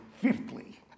fifthly